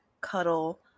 cuddle